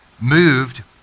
moved